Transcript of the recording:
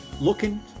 looking